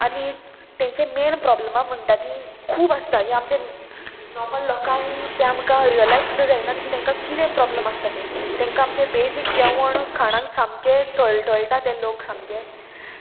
आनी तेंची मेन प्रोब्लमा म्हणटा ती खूब आसता हीं आमच्या नॉर्मल लोकांक ते आमकां रियलायज सुद्दा जायना की तांकां कितें प्रोब्लम आसता तें तेंकां आमचें बेजीक जेवण खाणांक सामकें तळतळटा तें लोक सामकें